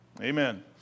Amen